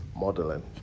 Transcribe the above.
modeling